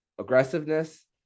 aggressiveness